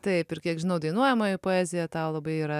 taip ir kiek žinau dainuojamoji poezija tau labai yra